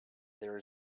there